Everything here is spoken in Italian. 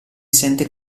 sente